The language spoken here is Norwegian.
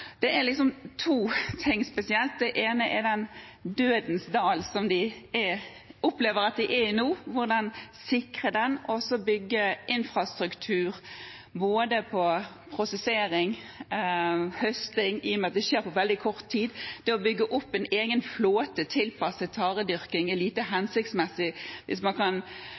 Det er to ting spesielt: Det ene er denne dødens dal som de opplever at de er i nå, hvordan man skal sikre dette og så bygge infrastruktur både rundt prosessering og høsting, i og med at det skjer på veldig kort tid. Det å bygge opp en egen flåte tilpasset taredyrking er lite hensiktsmessig hvis man kan